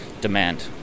demand